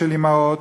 של אימהות,